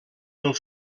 pel